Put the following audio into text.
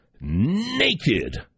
Naked